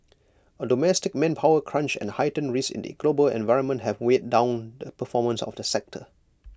A domestic manpower crunch and heightened risks in the global environment have weighed down the performance of the sector